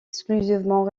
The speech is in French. exclusivement